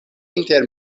inter